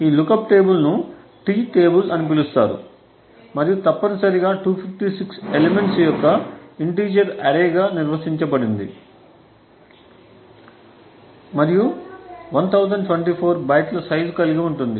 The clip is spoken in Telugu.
ఈ లుక్అప్ టేబుల్ ను T టేబుల్ అని పిలుస్తారు మరియు తప్పనిసరిగా 256 ఎలిమెంట్స్ యొక్క ఇంటిజెర్ అరేగా నిర్వచించబడింది మరియు 1024 బైట్ల సైజు కలిగి ఉంది